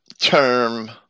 term